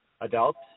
adults